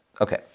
Okay